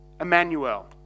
Emmanuel